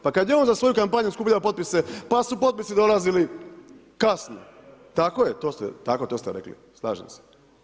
Pa kad je on za svoju kampanju skupljao potpise, pa su potpisi dolazili kasno, tako je, to ste rekli, slažem se.